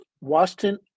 Washington